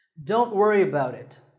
don't worry about it.